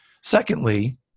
Secondly